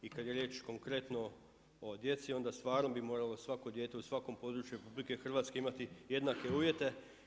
I kada je riječ konkretno o djeci onda stvarno bi moralo svako dijete u svakom području RH imati jednake uvjete.